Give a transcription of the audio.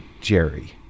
Jerry